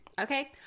Okay